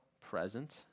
present